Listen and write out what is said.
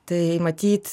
tai matyt